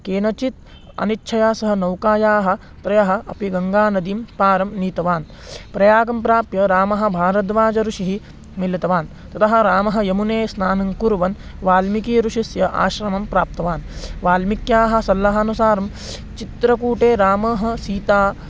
केनचित् अनिच्छया सह नौकायां त्रीन् अपि गङ्गानद्याः पारं नीतवान् प्रयागं प्राप्य रामः भारद्वाजऋषिं मिलितवान् ततः रामः यमुनायां स्नानं कुर्वन् वाल्मीकिऋषेः आश्रमं प्राप्तवान् वाल्मीकेः सल्लाहानुसारं चित्रकूटे रामः सीता